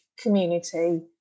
community